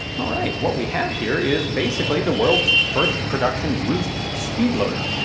alright, what we have here is basically the world's first production used speedloader.